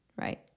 right